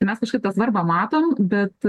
tai mes kažkaip tą svarbą matom bet